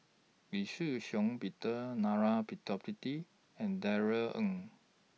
Lee Shih Shiong Peter Narana Putumaippittan and Darrell Ang